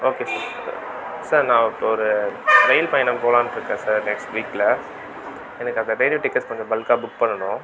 okay sir sir நான் இப்போ ஒரு ரயில் பயணம் போலாண்ட்டுருக்கேன் சார் நெக்ஸ்ட் வீக்கில் எனக்கு அதில் டெய்லி டிக்கெட்ஸ் கொஞ்சம் பல்காக புக் பண்ணணும்